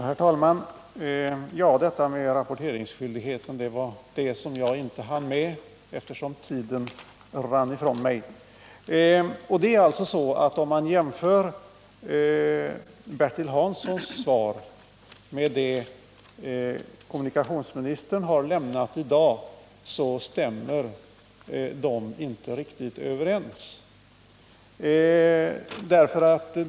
Herr talman! Rapporteringsskyldigheten var det som jag inte hann ta upp förut eftersom tiden rann ifrån mig. Bertil Hanssons svar och det besked som kommunikationsministern har lämnat i dag stämmer inte riktigt överens.